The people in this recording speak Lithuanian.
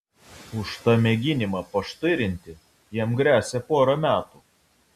už tą mėginimą paštirinti jam gresia pora metų